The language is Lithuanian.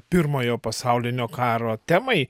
pirmojo pasaulinio karo temai